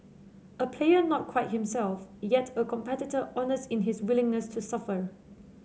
a player not quite himself yet a competitor honest in his willingness to suffer